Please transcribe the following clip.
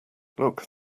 look